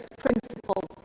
principle.